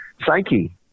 psyche